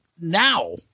now